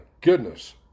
goodness